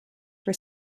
for